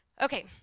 okay